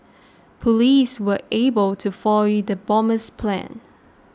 police were able to foil the bomber's plans